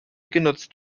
genutzt